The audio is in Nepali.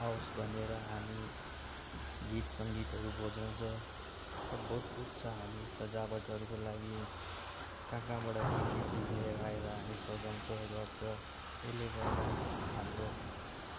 आवोस् भनेर हामी गीत सङ्गीतहरू बजाउँछ सब बहुत कुछ छ हामी सजावटहरूको लागि कहाँ कहाँबाट के के चिज लिएर आएर हामी सजाउँछ गर्छ यसले गर्दा हाम्रो